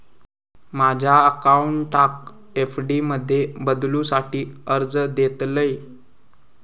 माझ्या अकाउंटाक एफ.डी मध्ये बदलुसाठी अर्ज देतलय